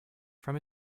from